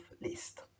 list